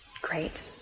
Great